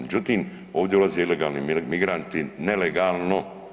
Međutim, ovdje dolaze ilegalni migranti nelegalno.